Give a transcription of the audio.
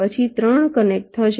પછી 3 કનેક્ટ થશે